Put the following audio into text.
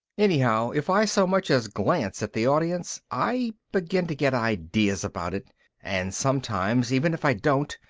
anyhow, if i so much as glance at the audience, i begin to get ideas about it and sometimes even if i don't,